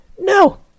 No